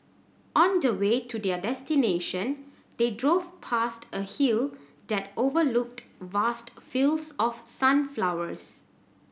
on the way to their destination they drove past a hill that overlooked vast fields of sunflowers